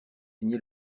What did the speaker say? signé